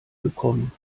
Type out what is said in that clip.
gekommen